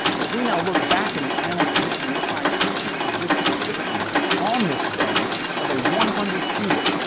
if we now look back in the annals of history, we find ancient egyptian inscriptions on this stone of a one hundred cubit,